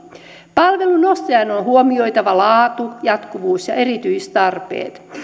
palvelun ostajan on huomioitava laatu jatkuvuus ja erityistarpeet